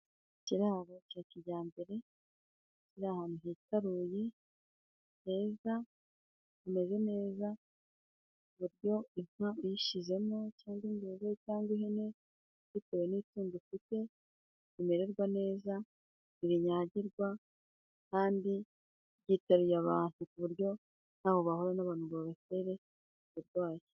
Ikiraro cya kijyambere kiri ahantu hitaruye, heza kimeze neza, ku buryo inka uyishyizemo cyangwa imbeba cyangwa ihene, bitewe n'itungo ufite rimererwa neza ntibinyagirwa kandi byitaruye abantu ku buryo nta ho bihurira n'abantu ngo babatere uburwayi.